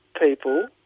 people